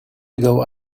ago